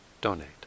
donate